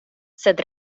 sed